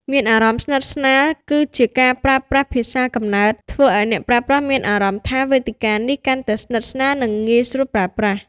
មានអារម្មណ៍ស្និទ្ធស្នាល គឹជាការប្រើប្រាស់ភាសាកំណើតធ្វើឲ្យអ្នកប្រើប្រាស់មានអារម្មណ៍ថាវេទិកានេះកាន់តែស្និទ្ធស្នាល និងងាយស្រួលប្រើប្រាស់។